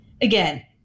again